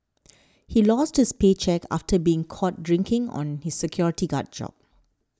he lost his paycheck after being caught drinking on his security guard job